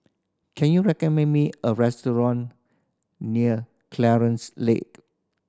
can you recommend me a restaurant near Clarence Lead